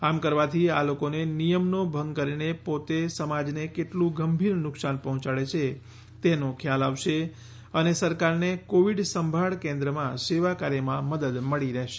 આમ કરવાથી આ લોકોને નિયમનો ભંગ કરીને પોતે સમાજને કેટલું ગંભીર નુકશાન પહોંચાડે છે તેનો ખ્યાલ આવશે અને સરકારને કોવિડ સંભાળ કેન્દ્રમાં સેવા કાર્યમાં મદદ મળી રહેશે